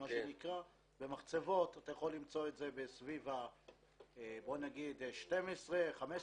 אתה יכול למצוא את זה סביב ה-12,15 שקל,